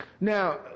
Now